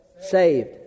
saved